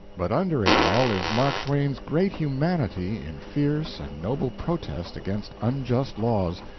but under it all is mark twain's great humanity in fierce and noble protest against unjust laws,